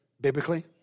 biblically